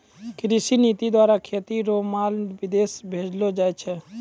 कृषि नीति द्वारा खेती रो माल विदेश भेजलो जाय छै